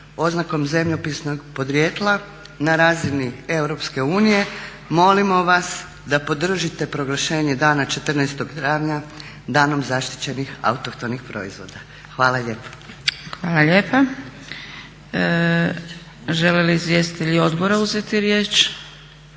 oznakom zemljopisnog podrijetla na razini Europske unije molimo vas da podržite proglašenje dana 14. travnja Danom zaštićenih autohtonih proizvoda. Hvala lijepo. **Zgrebec, Dragica (SDP)** Hvala lijepa. Žele li izvjestitelji odbora uzeti riječ?